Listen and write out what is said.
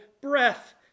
breath